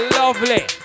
lovely